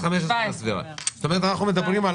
ואז אנחנו מדברים על